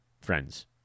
friends